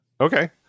Okay